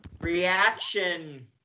Reaction